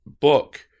book